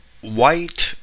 white